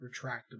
retractable